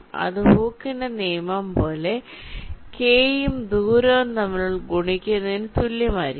അത് ഹൂക്കിന്റെ നിയമം പോലെ k യും ദൂരവും തമ്മിൽ ഗുണിക്കുന്നതിനു തുല്യമായിരിക്കും